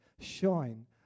Shine